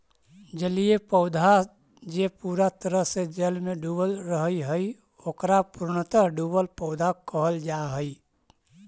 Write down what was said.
जलीय पौधा जे पूरा तरह से जल में डूबल रहऽ हई, ओकरा पूर्णतः डुबल पौधा कहल जा हई